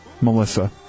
Melissa